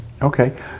okay